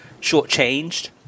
shortchanged